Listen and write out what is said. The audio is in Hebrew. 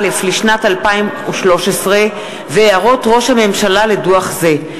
לשנת 2013 והערות ראש הממשלה לדוח זה.